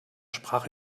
sprach